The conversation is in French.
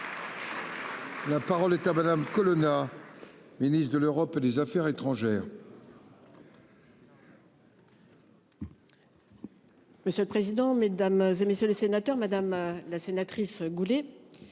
La parole est à madame Colonna. Ministre de l'Europe et des Affaires étrangères.--